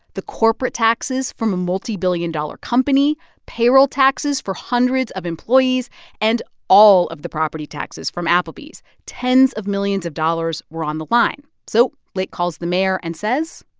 the corporate taxes from a multibillion-dollar company, payroll taxes for hundreds of employees and all of the property taxes from applebee's. tens of millions of dollars were on the line. so blake calls the mayor and says.